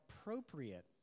appropriate